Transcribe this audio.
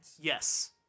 Yes